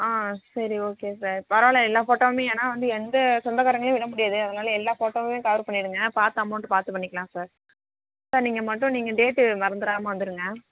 ஆ சரி okay sir பரவாயில்லை எல்லா ஃபோட்டாவுமே ஏன்னா வந்து எங்கே சொந்தகாரவங்களே எண்ண முடியாது அதனால் எல்லா ஃபோட்டாவுமே கவர் பண்ணிடுங்க பார்த்து அமௌன்டு பார்த்து பண்ணிக்கலாம் சார் சார் நீங்கள் மட்டும் நீங்கள் டேட்டு மறந்துடாம வந்துடுங்க